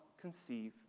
conceive